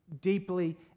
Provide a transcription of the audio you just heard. deeply